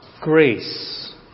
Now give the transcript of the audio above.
grace